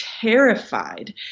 terrified